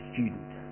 student